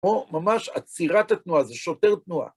או ממש עצירת התנועה, זה שוטר תנועה.